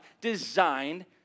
designed